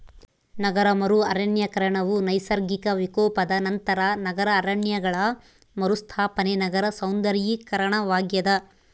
ನಗರ ಮರು ಅರಣ್ಯೀಕರಣವು ನೈಸರ್ಗಿಕ ವಿಕೋಪದ ನಂತರ ನಗರ ಅರಣ್ಯಗಳ ಮರುಸ್ಥಾಪನೆ ನಗರ ಸೌಂದರ್ಯೀಕರಣವಾಗ್ಯದ